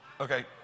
okay